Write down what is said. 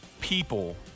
people